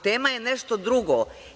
Tema je nešto drugo.